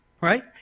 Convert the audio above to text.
right